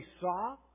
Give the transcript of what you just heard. saw